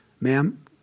ma'am